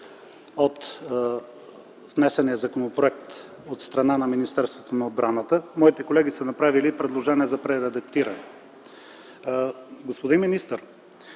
от внесения законопроект от Министерството на отбраната. Моите колеги са направили предложение за прередактиране. Господин министър,